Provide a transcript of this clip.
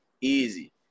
easy